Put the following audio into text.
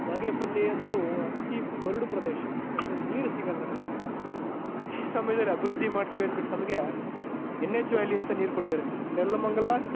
ಬಾಗೇಪಲ್ಲಿ ಅಂತೂ ಅತೀ ಬರಡು ಪ್ರದೇಶ ಒಂದು ನೀರು ಸಿಗಲ್ಲ ನಮಗೆ ಈ ಸಮಯದಲ್ಲಿ ಅಭಿವೃದ್ಧಿ ಮಾಡ್ತೀವಿ ಅಂದ್ಬಿಟ್ಟು ನಮಗೆ ಎನ್ ಎಚ್ ವ್ಯಾಲಿ ಅಂತ ನೀರು ಕೊಟ್ಟಿದ್ದಾರೆ ನೆಲಮಂಗಲ